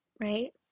right